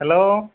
hello